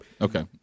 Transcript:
Okay